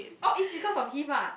oh is because of him ah